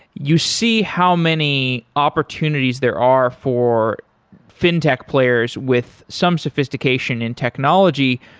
you see how many opportunities there are for fin tech players with some sophistication in technology,